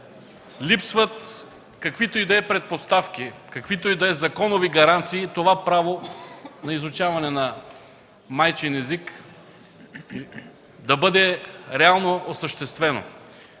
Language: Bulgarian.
липсват каквито и да е предпоставки, каквито и да е законови гаранции това право на изучаване на майчин език да бъде реално осъществено?!